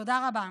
תודה רבה.